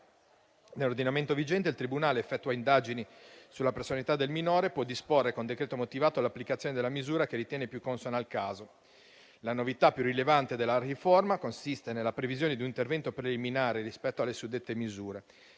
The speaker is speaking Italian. Nell'ordinamento vigente il tribunale effettua indagini sulla personalità del minore e può disporre con decreto motivato l'applicazione della misura che ritiene più consona al caso. La novità più rilevante della riforma consiste nella previsione di un intervento preliminare rispetto alle suddette misure.